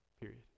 period